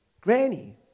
Granny